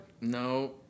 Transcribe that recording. No